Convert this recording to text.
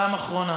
פעם אחרונה.